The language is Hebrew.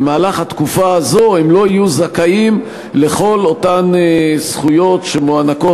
בתקופה הזאת הם לא יהיו זכאים לכל אותן זכויות שמוענקות